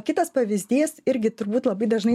kitas pavyzdys irgi turbūt labai dažnai